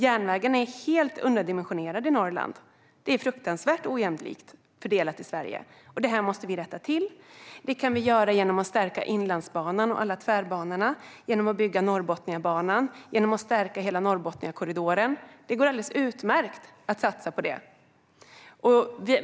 Järnvägen i Norrland är helt underdimensionerad. Det är fruktansvärt ojämlikt fördelat i Sverige, och det måste vi rätta till. Det kan vi göra genom att stärka inlandsbanan och alla tvärbanorna, genom att bygga Norrbotniabanan och genom att stärka hela Norrbotniakorridoren. Det går alldeles utmärkt att satsa på det.